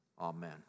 amen